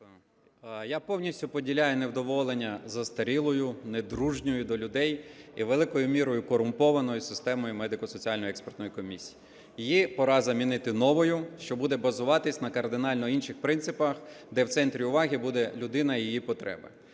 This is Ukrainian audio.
Я повністю поділяю невдоволення застарілою недружньою до людей і великою мірою корумпованою системою Медико-соціальної експертної комісії. Її пора замінити новою, що буде базуватися на кардинально інших принципах, де в центрі уваги буде людина і її потреби.